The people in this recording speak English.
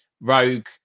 Rogue